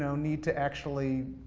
need to actually